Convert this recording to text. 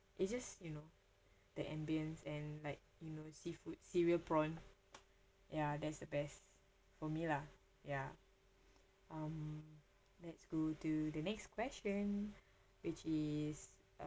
it's just you know the ambience and like you know seafood cereal prawn ya that's the best for me lah ya um let's go to the next question which is